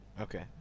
Okay